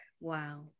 Wow